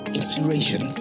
inspiration